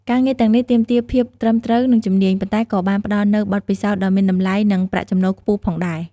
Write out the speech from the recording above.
ការងារទាំងនេះទាមទារភាពត្រឹមត្រូវ និងជំនាញ ប៉ុន្តែក៏បានផ្ដល់នូវបទពិសោធន៍ដ៏មានតម្លៃ និងប្រាក់ចំណូលខ្ពស់ផងដែរ ។